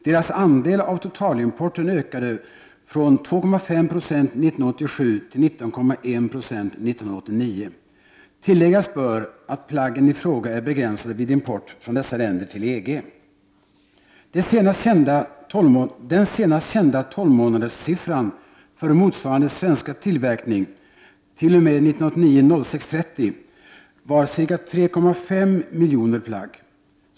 Deras andel av totalimporten ökade från 2,5 90 1987 till 19,1 26 1989. Det bör tilläggas att dessa plagg är importbegränsade i EG-länderna. Den senast kända tolvmånaderssiffran för motsvarande svenska tillverkning — t.o.m. den 30 juni 1989 — var ca 3,5 miljoner plagg.